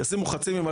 ישמו חצי ממה